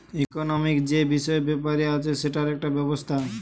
economic যে বিষয় ব্যাপার আছে সেটার একটা ব্যবস্থা